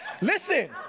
Listen